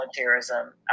volunteerism